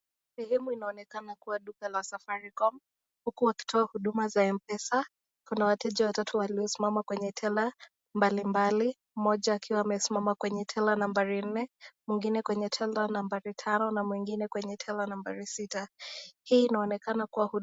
Sehemu inaonekana kuwa duka la Safaricom huku wakitoa huduma za M-Pesa. Kuna wateja watatu waliosimama kwenye tela mbalimbali. Mmoja akiwa amesimama kwenye tela nambari nne, mwingine kwenye tela nambari tano na mwingine kwenye tela nambari sita. Hii inaonekana kuwa ni huduma.